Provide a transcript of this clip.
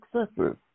successes